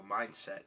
mindset